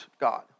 God